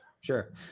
Sure